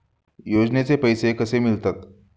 योजनेचे पैसे कसे मिळतात?